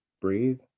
breathe